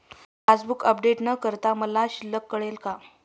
Passbook update न करता मला शिल्लक कळेल का?